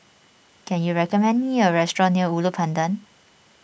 can you recommend me a restaurant near Ulu Pandan